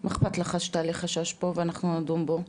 מה אכפת לך שתעלה חשש פה ואנחנו נדון בו,